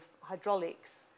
hydraulics